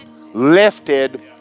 lifted